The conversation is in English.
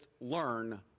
learn